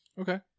Okay